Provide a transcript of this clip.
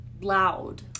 Loud